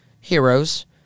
heroes